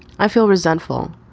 i feel resentful.